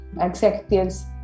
executives